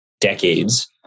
decades